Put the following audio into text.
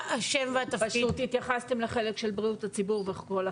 פשוט התייחסתם לחלק של בריאות הציבור.